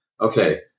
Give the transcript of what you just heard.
okay